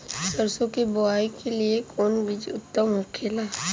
सरसो के बुआई के लिए कवन बिज उत्तम होखेला?